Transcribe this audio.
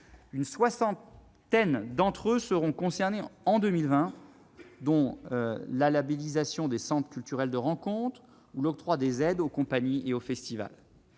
Une soixantaine d'entre eux seront concernés en 2020, dont la labellisation des centres culturels de rencontre et l'octroi des aides aux compagnies et aux festivals.